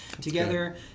together